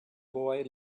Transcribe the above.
boy